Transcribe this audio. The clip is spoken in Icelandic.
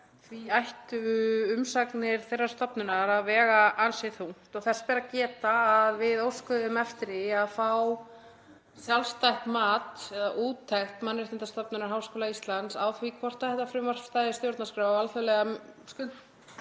því ættu umsagnir þeirrar stofnunar að vega ansi þungt. Þess ber að geta að við óskuðum eftir því að fá sjálfstætt mat eða úttekt Mannréttindastofnunar Háskóla Íslands á því hvort þetta frumvarp stæðist stjórnarskrá og alþjóðlegar